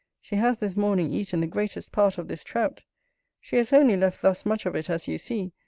she has this morning eaten the greatest part of this trout she has only left thus much of it as you see,